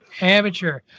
Amateur